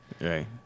Right